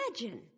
Imagine